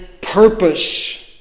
purpose